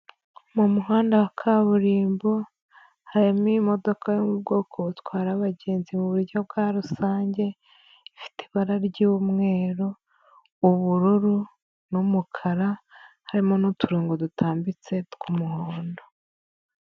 Mu muhanda wa kaburimbo, harimo imodoka yo mu bwoko butwara abagenzi mu buryo bwa rusange, ifite ibara ry'umweru, ubururu n'umukara, harimo n'uturongo dutambitse tw'umuhondo.